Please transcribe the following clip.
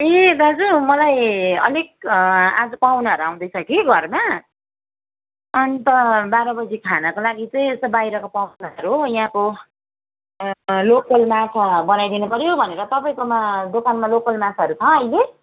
ए दाजु मलाई अलिक आज पाहुनाहरू आउँदैछ कि घरमा अन्त बाह्र बजी खानाको लागि चाहिँ यसो बाहिरको पाहुनाहरू हो यहाँको लोकल माछा बनाइदिनुपऱ्यो भनेर तपाईँकोमा दोकानमा लोकल माछाहरू छ अहिले